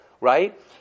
right